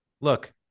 look